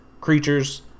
creatures